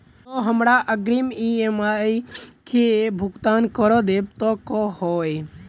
जँ हमरा अग्रिम ई.एम.आई केँ भुगतान करऽ देब तऽ कऽ होइ?